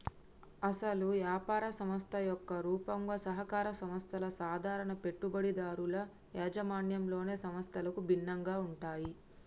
అసలు యాపార సంస్థ యొక్క రూపంగా సహకార సంస్థల సాధారణ పెట్టుబడిదారుల యాజమాన్యంలోని సంస్థలకు భిన్నంగా ఉంటాయి